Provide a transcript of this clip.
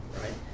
right